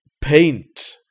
paint